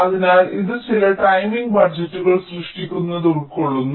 അതിനാൽ ഇത് ചില ടൈമിംഗ് ബജറ്റുകൾ സൃഷ്ടിക്കുന്നത് ഉൾക്കൊള്ളുന്നു